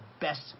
best